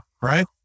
right